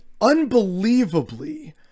unbelievably